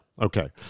okay